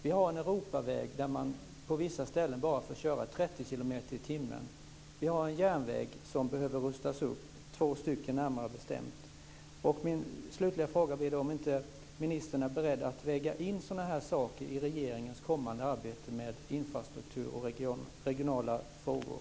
Vi har en Europaväg där man på vissa ställen bara får köra i 30 kilometer i timmen. Vi har en järnväg som behöver rustas upp, två stycken närmare bestämt. Min slutliga fråga blir då om inte ministern är beredd att väga in sådana saker i regeringens kommande arbete med infrastruktur och regionala frågor.